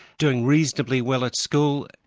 doing reasonably well at school,